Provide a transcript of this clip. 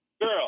Girl